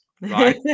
right